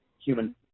human